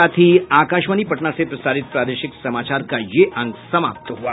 इसके साथ ही आकाशवाणी पटना से प्रसारित प्रादेशिक समाचार का ये अंक समाप्त हुआ